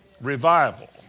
Revival